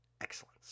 excellence